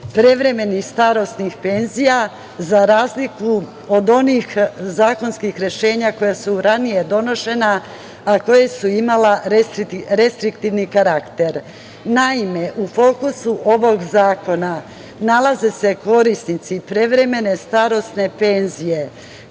prevremenih starosnih penzija, za razliku od onih zakonskih rešenja koja su ranije donošena, a koja su imala restriktivni karakterNaime, u fokusu ovog zakona nalaze se korisnici prevremene starosne penzije